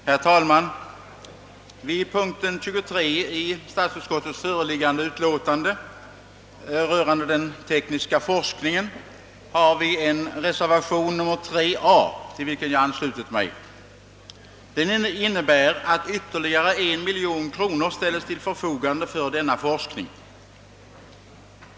Herr talman! Vid punkten 23 — som behandlar den tekniska forskningen — i statsutskottets föreliggande utlåtande finns en reservation nr 3 a, till vilken jag anslutit mig. I denna föreslås att ytterligare 1 miljon kronor ställs till förfogande för denna forskning.